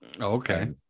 Okay